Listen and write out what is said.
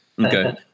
Okay